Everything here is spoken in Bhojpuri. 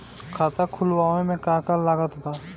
खाता खुलावे मे का का लागत बा?